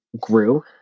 grew